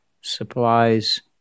supplies